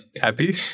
Happy